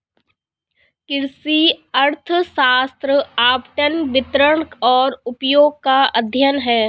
कृषि अर्थशास्त्र आवंटन, वितरण और उपयोग का अध्ययन है